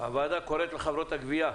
הוועדה קוראת לחברות הגבייה,